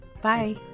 Bye